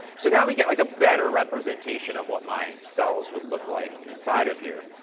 so, now we get like a better representation of what my cells would look like inside of here,